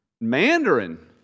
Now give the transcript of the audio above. Mandarin